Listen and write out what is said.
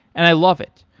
and i love it.